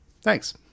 Thanks